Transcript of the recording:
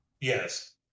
Yes